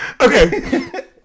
Okay